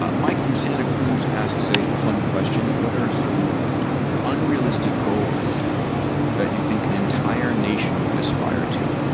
ah mike from santa cruz asks a fun question, what are some unrealistic goals that you think an entire nation could aspire to?